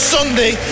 Sunday